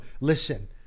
listen